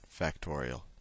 factorial